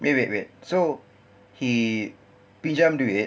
wait wait wait so he pinjam duit